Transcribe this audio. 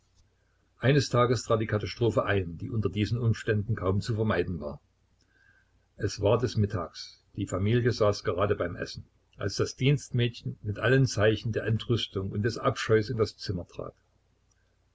eines tages trat die katastrophe ein die unter diesen umständen kaum zu vermeiden war es war des mittags die familie saß gerade beim essen als das dienstmädchen mit allen zeichen der entrüstung und des abscheus in das zimmer trat